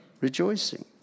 rejoicing